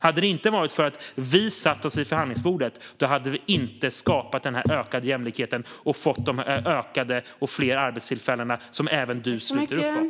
Om det inte hade varit för att vi satt vid förhandlingsbordet hade vi inte skapat en ökad jämlikhet och fått fler arbetstillfällen, som även du sluter upp bakom.